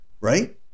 right